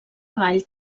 vall